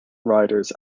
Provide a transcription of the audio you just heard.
riders